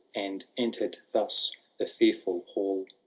and entered thus the fearful hall